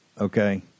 okay